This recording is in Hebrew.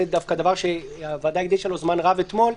זה דווקא דבר שהוועדה הקדישה לו זמן רב אתמול,